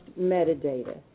metadata